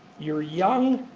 you're young,